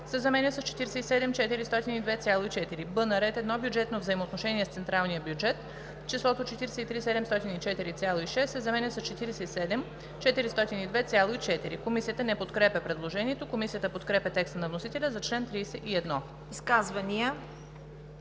заменя с „47 402,4“; б) на ред 1. Бюджетно взаимоотношение с централния бюджет числото „43 704,6“ се заменя с „47 402,4“.“ Комисията не подкрепя предложението. Комисията подкрепя текста на вносителя за чл. 31. ПРЕДСЕДАТЕЛ